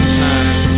time